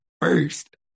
first